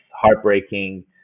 heartbreaking